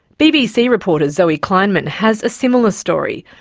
bbc reporter zoe kleinman has a similar story.